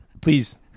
Please